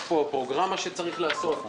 יש פה פרוגרמה שצריך לעשות.